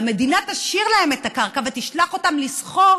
המדינה תשאיר להם את הקרקע ותשלח אותם לסחור